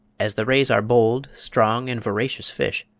as the rays are bold, strong and voracious fish,